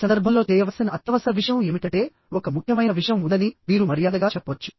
ఈ సందర్భంలో చేయవలసిన అత్యవసర విషయం ఏమిటంటేఒక ముఖ్యమైన విషయం ఉందని మీరు మర్యాదగా చెప్పవచ్చు